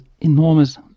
enormous